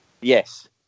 Yes